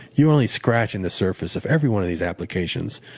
you're only scratching the surface of every one of these applications.